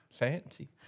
fancy